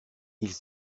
ils